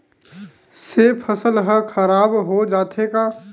से फसल ह खराब हो जाथे का?